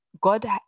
God